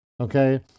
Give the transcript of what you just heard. Okay